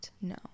no